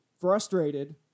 frustrated